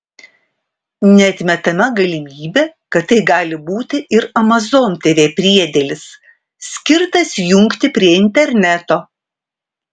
neatmetama galimybė kad tai gali būti ir amazon tv priedėlis skirtas jungti prie interneto